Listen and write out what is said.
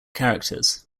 characters